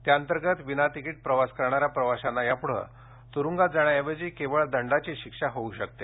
त्याअंतर्गत विनातिकीट प्रवास करणाऱ्या प्रवाशांना यापुढं तुरुंगात जाण्याऐवजी केवळ दंडाची शिक्षा होऊ शकते